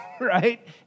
Right